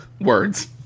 words